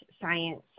science